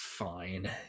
fine